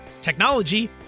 technology